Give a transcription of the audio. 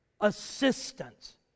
assistance